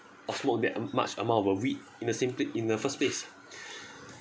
of smoke that much amount of uh weed in a simply in the first place